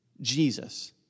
Jesus